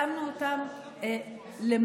שמנו אותם למעלה,